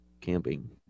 camping